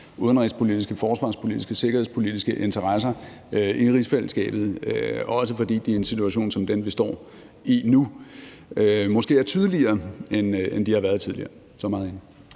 udenrigspolitiske, forsvarspolitiske, sikkerhedspolitiske interesser i rigsfællesskabet, også fordi de i en situation som den, vi står i nu, måske er tydeligere, end de har været tidligere. Kl.